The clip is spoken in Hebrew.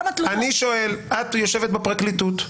את יושבת בפרקליטות,